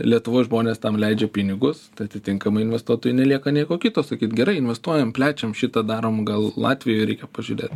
lietuvos žmonės tam leidžia pinigus tai atitinkamai investuotojui nelieka nieko kito sakyt gerai investuojam plečiam šitą darom gal latvijoje reikia pažiūrėt